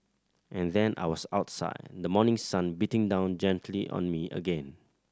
and then I was outside the morning sun beating down gently on me again